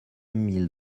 mille